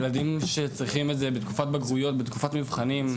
ילדים שצריכים את זה בתקופת בגרויות בתקופת מבחנים,